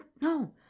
No